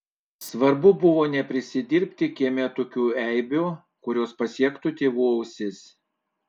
svarbu buvo neprisidirbti kieme tokių eibių kurios pasiektų tėvų ausis